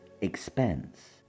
expense